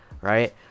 right